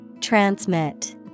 Transmit